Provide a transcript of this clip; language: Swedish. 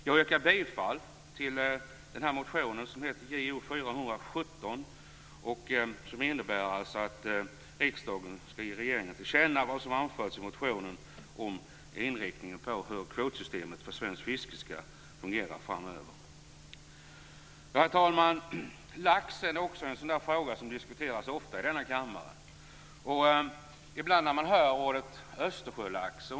Jag yrkar bifall till motionen, nr Jo417, där det föreslås att riksdagen skall ge regeringen till känna vad som anförts i motionen om inriktningen av kvotsystemet för svenskt fiske framöver. Herr talman! Också laxfisket är en sådan fråga som ofta diskuteras i denna kammare. Vad menas egentligen med Östersjölax?